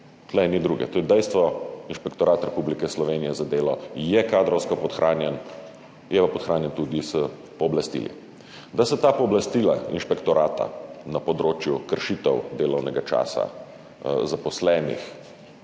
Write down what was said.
Tu ni druge. To je dejstvo. Inšpektorat Republike Slovenije za delo je kadrovsko podhranjen, je pa podhranjen tudi s pooblastili. Da se ta pooblastila inšpektorata na področju kršitev delovnega časa zaposlenih